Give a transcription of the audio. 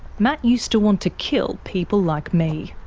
matt used to want to kill people like me.